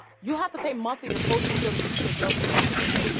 you have to pay monthly to host your show to keep it available to listeners.